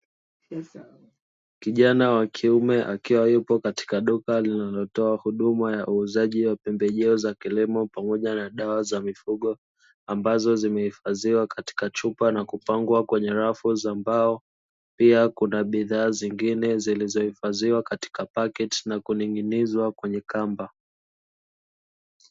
Kijana wa kiume akiwa yupo katika duka linalotoa huduma ya uuzaji wa pembejeo za kilimo pamoja na dawa za mifugo, ambazo zimehifadhiwa katika chupa na kupangwa kwenye rafu za mbao. Pia kuna bidhaa zingine zilizohifadhiwa kwenye paketi na kuning'inizwa kwenye kamba.